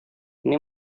ini